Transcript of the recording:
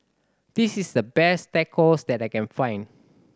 this is the best Tacos that I can find